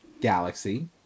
galaxy